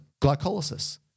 glycolysis